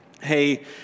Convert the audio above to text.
hey